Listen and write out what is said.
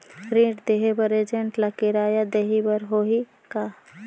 ऋण देहे बर एजेंट ला किराया देही बर होही का?